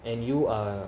and you are